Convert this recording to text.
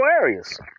areas